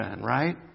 right